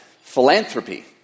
philanthropy